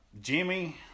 Jimmy